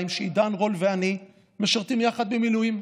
שעידן רול ואני משרתים יחד במילואים,